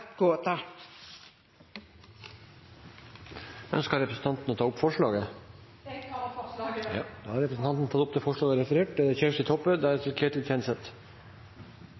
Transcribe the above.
Ønsker representanten Bollestad å ta opp forslaget? Jeg tar opp forslaget. Da har representanten tatt opp det